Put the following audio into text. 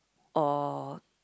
or